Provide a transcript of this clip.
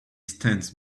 stands